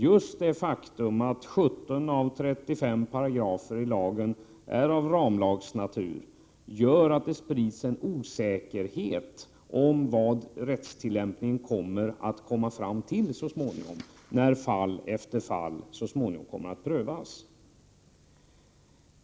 Just det faktum att 17 av 35 paragrafer i lagen är av ramlagsnatur gör att det sprids en osäkerhet om vad rättstillämpningen så småningom kommer att leda till när fall efter fall prövas.